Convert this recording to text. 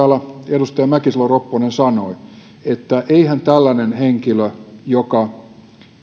edustaja mäkisalo ropponen sanoi että eihän tällainen henkilö joka